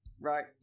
right